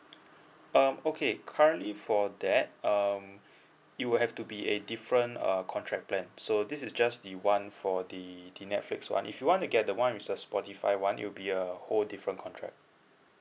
mm okay currently for that um you have to be a different err contract plan so this is just the one for the the Netflix one if you want to get the one with the Spotify one it will be a whole different contract